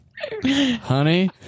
Honey